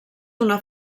una